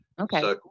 Okay